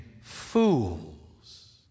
fools